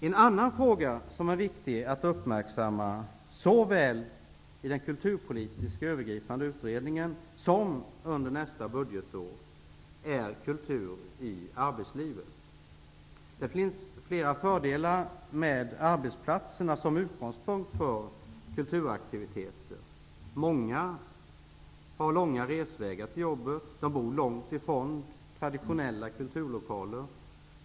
En annan fråga som är viktig att uppmärksamma, såväl i den kulturpolitiska övergripande utredningen som under nästa budgetår är kultur i arbetslivet. Det finns flera fördelar med arbetsplatserna som utgångspunkt för kulturaktiviteter. Många har långa resvägar till jobbet och bor långt ifrån de traditionella kulturlokalerna.